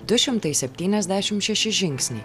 du šimtai septyniasdešimt šeši žingsniai